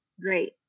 great